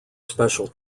special